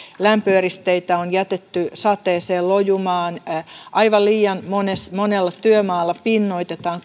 lämpöeristeitä on jätetty sateeseen lojumaan tai aivan liian monella työmaalla pinnoitetaan